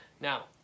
now